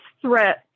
threat